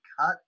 cut